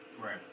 Right